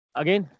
again